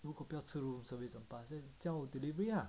如果不要吃 room service 的话就叫 delivery ah